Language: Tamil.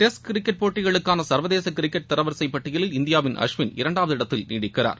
டெஸ்ட் கிரிக்கெட் போட்டிகளுக்கான சா்வதேச கிரிக்கெட் தரவரிசை பட்டியலில் இந்தியாவின் அஸ்வின் இரண்டாவது இடத்தில் நீடிக்கிறார்